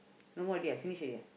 no more already ah finish already ah